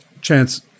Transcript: chance